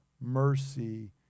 mercy